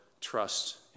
trust